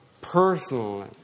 personally